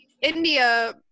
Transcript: India